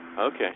Okay